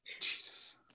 Jesus